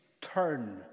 turn